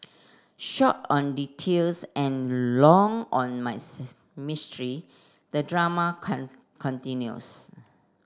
short on details and long on mystery the drama continues